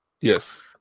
Yes